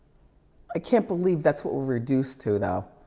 i can't believe that's what we've reduced to though,